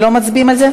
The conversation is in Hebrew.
לא מצביעים על זה?